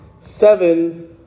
seven